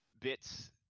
bits